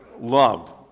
love